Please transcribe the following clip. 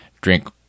drink